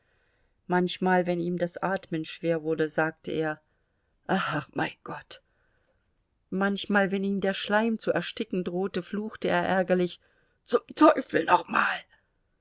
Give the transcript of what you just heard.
manchmal wenn ihm das atmen schwer wurde sagte er ach mein gott manchmal wenn ihn der schleim zu ersticken drohte fluchte er ärgerlich zum teufel nochmal